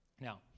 Now